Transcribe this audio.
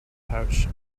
pouch